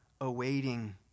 awaiting